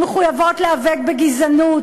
מחויבות למאבק בגזענות,